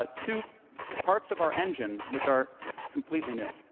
ah two parts of our engine which are completely new.